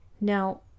now